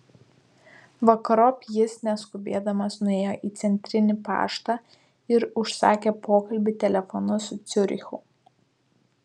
vakarop jis neskubėdamas nuėjo į centrinį paštą ir užsakė pokalbį telefonu su ciurichu